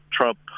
Trump